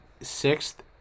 sixth